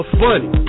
funny